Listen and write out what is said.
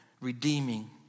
redeeming